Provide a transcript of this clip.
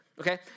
Okay